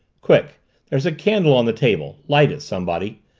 quick there's a candle on the table light it somebody.